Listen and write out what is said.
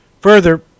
Further